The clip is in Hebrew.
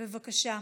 בבקשה.